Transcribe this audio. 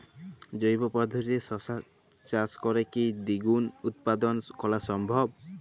জৈব পদ্ধতিতে শশা চাষ করে কি দ্বিগুণ উৎপাদন করা সম্ভব?